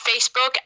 Facebook